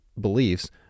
beliefs